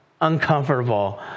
uncomfortable